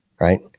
right